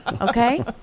Okay